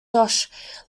josh